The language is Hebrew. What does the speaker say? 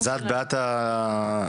באמת,